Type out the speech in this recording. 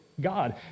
god